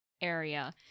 area